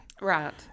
Right